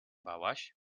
bałaś